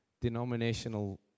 denominational